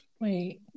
Wait